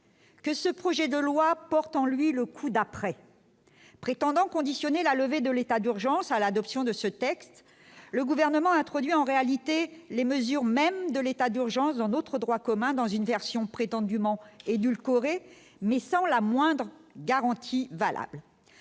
que ce projet de loi portant lui le coup d'après, prétendant conditionné la levée de l'état d'urgence à l'adoption de ce texte, le gouvernement introduit en réalité les mesures même de l'état d'urgence dans notre droit commun dans une version prétendument en édulcoré, mais sans la moindre garantie valable